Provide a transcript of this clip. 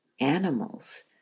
animals